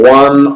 one